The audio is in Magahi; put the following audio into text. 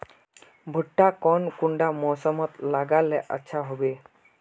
भुट्टा कौन कुंडा मोसमोत लगले अच्छा होबे?